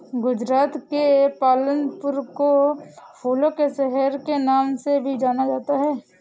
गुजरात के पालनपुर को फूलों के शहर के नाम से भी जाना जाता है